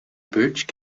birch